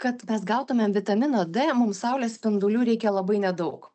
kad mes gautumėm vitamino d mums saulės spindulių reikia labai nedaug